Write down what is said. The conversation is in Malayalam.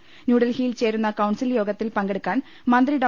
ഇന്ന് ന്യൂഡൽഹിയിൽ ചേരുന്ന കൌൺസിൽ യോഗത്തിൽ പങ്കെടുക്കാൻ മന്ത്രി ഡോ